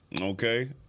okay